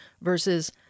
versus